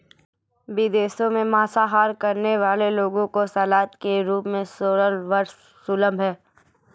विदेशों में मांसाहार करने वाले लोगों को सलाद के रूप में सोरल सर्व सुलभ है